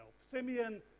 Simeon